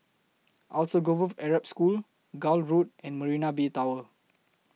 Alsagoff Arab School Gul Road and Marina Bay Tower